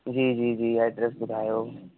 जी जी जी एड्रेस ॿुधायो